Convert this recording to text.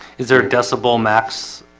is there a decibel max?